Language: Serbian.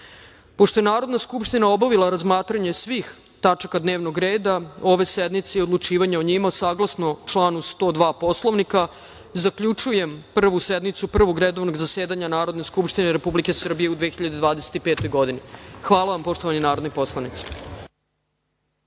je Narodna skupština obavila razmatranje svih tačaka dnevnog reda ove sednice i odlučivanje o njima, saglasno članu 102. Poslovnika zaključujem Prvu sednicu Prvog redovnog zasedanja Narodne skupštine Republike Srbije u 2025. godini. Hvala vam poštovani narodni poslanici.